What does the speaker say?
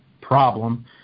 problem